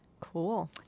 Cool